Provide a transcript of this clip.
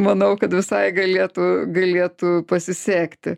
manau kad visai galėtų galėtų pasisekti